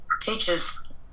teachers